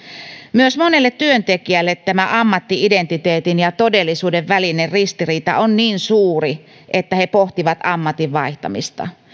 myös monelle työntekijälle tämä ammatti indentiteetin ja todellisuuden välinen ristiriita on niin suuri että he pohtivat ammatin vaihtamista